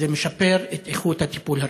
זה משפר את איכות הטיפול הרפואי.